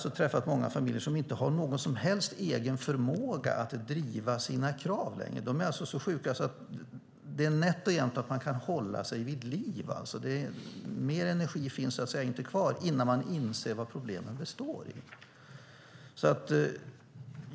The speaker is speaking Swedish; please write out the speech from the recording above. Jag har träffat många familjer som inte har någon som helst egen förmåga att driva sina krav längre. De är alltså så sjuka att det är nätt och jämnt att de kan hålla sig vid liv - mer energi finns inte kvar - när de inser vad problemen består i.